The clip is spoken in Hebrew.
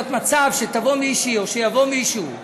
מצב שתבוא מישהי או שיבוא מישהו לוועדה,